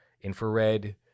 infrared